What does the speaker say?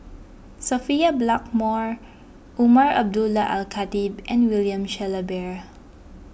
Sophia Blackmore Umar Abdullah Al Khatib and William Shellabear